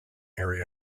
area